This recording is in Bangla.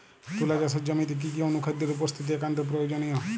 তুলা চাষের জমিতে কি কি অনুখাদ্যের উপস্থিতি একান্ত প্রয়োজনীয়?